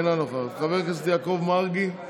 אינה נוכחת, חבר הכנסת יעקב מרגי,